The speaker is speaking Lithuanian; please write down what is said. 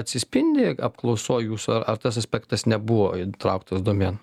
atsispindi apklausoj jūsų ar ar tas aspektas nebuvo įtrauktas domėn